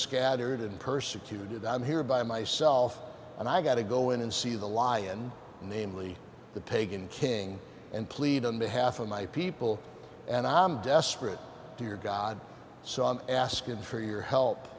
scattered and persecuted i'm here by myself and i got to go and see the lion namely the pagan king and plead on behalf of my people and i am desperate to your god so i'm asking for your help